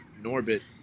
Norbit